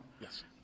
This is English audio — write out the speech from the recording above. Yes